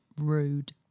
Rude